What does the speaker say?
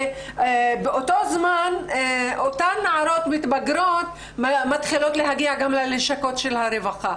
ובאותו זמן אותן נערות מתבגרות מתחילות להגיע גם ללשכות של הרווחה.